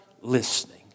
listening